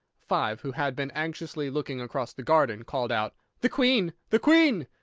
five, who had been anxiously looking across the garden, called out the queen! the queen!